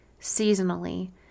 seasonally